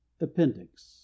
APPENDIX